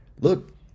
look